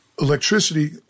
electricity